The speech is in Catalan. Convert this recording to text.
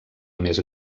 més